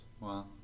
Wow